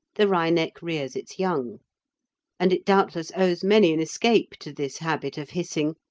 the wryneck rears its young and it doubtless owes many an escape to this habit of hissing,